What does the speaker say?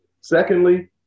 Secondly